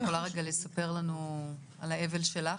את יכולה לספר לנו על האבל הפרטי שלך.